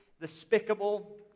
despicable